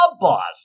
boss